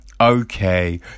okay